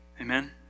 Amen